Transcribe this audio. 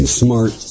smart